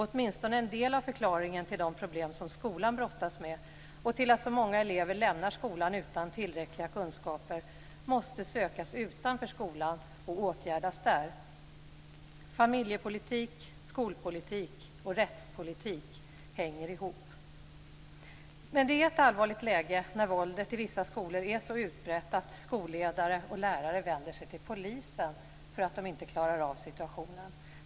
Åtminstone en del av förklaringen till de problem som skolan brottas med och till att så många elever lämnar skolan utan tillräckliga kunskaper måste sökas utanför skolan och åtgärdas där. Familjepolitik, skolpolitik och rättspolitik hänger ihop. Det är ett allvarligt läge när våldet i vissa skolor är så utbrett att skolledare och lärare vänder sig till polisen för att de inte klarar av situationen.